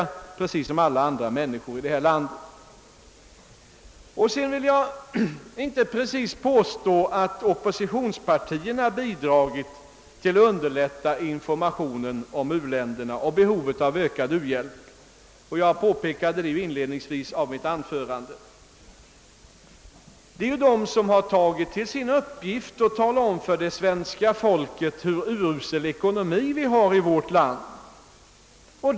Oppositionspartierna har heller inte bidragit till att underlätta informationen om u-länderna och behovet av ökad u-hjälp. De har tagit som sin uppgift att tala om för svenska folket hur urusel ekonomi vi har här i landet.